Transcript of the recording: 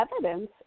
evidence